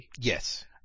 Yes